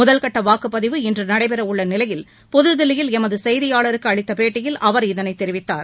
முதல்கட்ட வாக்குப்பதிவு இன்று நடைபெறவுள்ள நிலையில் புதுதில்லியில் எமது செய்தியாளருக்கு அளித்த பேட்டியில் அவர் இதனைத் தெரிவித்தார்